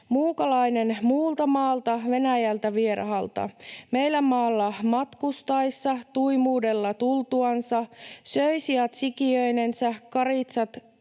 ”Muukalainen muulta maalta /Venäjältä vierahalta / meillä maalla matkustaissa / tuimuudella tultuansa / söi siat sikiöinensä / karitsat